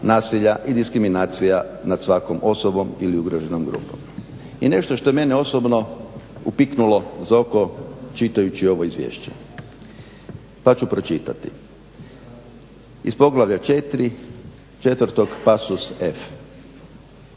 nasilja i diskriminacija nad svakom osobom ili ugroženom grupom. I nešto što je mene osobno upiknulo za oko čitajući ovo izvješće pa ću pročitati. Iz poglavlja 4., pasos F,